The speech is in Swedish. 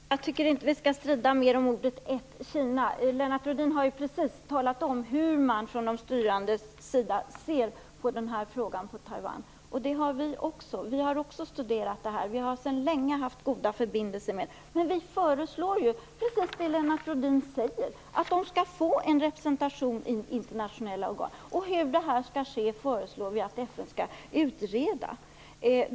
Fru talman! Jag tycker inte att vi skall strida mer om ordet ett-Kina. Lennart Rohdin har ju precis talat om hur man från de styrandes sida ser på den här frågan i Taiwan. Vi har också studerat det här. Vi har sedan länge goda förbindelser där. Och vi föreslår ju precis det Lennart Rohdin säger, nämligen att de skall få en representation i internationella organ! Hur det skall ske föreslår vi att FN skall utreda.